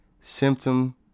symptom